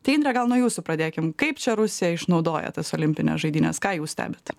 tai indre gal nuo jūsų pradėkim kaip čia rusija išnaudoja tas olimpines žaidynes ką jūs stebit